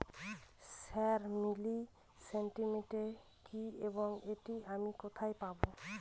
Sir mini statement কি এবং এটি আমি কোথায় পাবো?